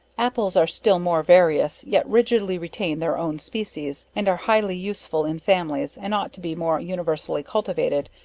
apples, are still more various, yet rigidly retain their own species, and are highly useful in families, and ought to be more universally cultivated,